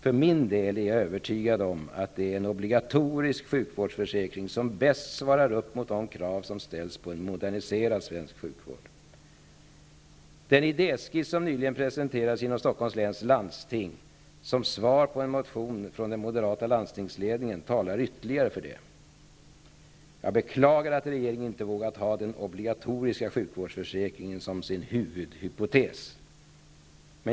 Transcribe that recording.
För min del är jag övertygad om att det är en obligatorisk sjukvårdsförsäkring som bäst svarar mot de krav som ställs på en moderniserad svensk sjukvård. Den idéskiss som nyligen har presenterats inom Stockholms läns landsting, som svar på en motion från den moderata landstingsledningen, talar ytterligare för det. Jag beklagar att regeringen inte har vågat ha den obligatoriska sjukvårdsförsäkringen som sin huvudhypotes.